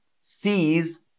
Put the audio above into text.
sees